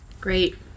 Great